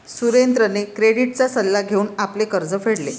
सुरेंद्रने क्रेडिटचा सल्ला घेऊन आपले कर्ज फेडले